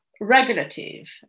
regulative